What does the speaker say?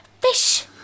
fish